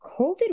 COVID